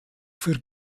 für